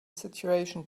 situation